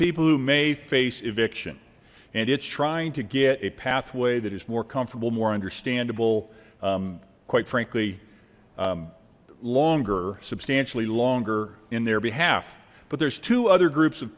people who may face eviction and it's trying to get a pathway that is more comfortable more understandable quite frankly longer substantially longer in their behalf but there's two other groups of